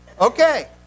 Okay